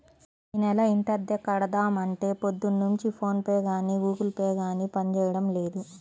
యీ నెల ఇంటద్దె కడదాం అంటే పొద్దున్నుంచి ఫోన్ పే గానీ గుగుల్ పే గానీ పనిజేయడం లేదు